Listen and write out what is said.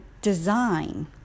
design